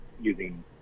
using